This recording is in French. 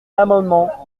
l’amendement